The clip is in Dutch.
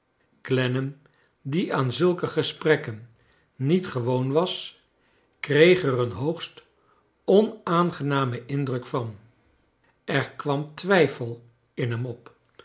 clennam die aan zulke gesprekken niet gewoon was kreeg er een hoogst onaangenamen indruk van er kwam twijfel in hem op